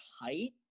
height